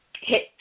hit